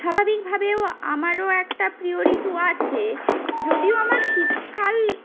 স্বাভাবিকভাবেও আমারও একটা প্রিয় ঋতু আছে যদিও আমার শীতকাল